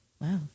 Wow